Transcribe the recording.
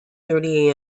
thirty